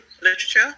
literature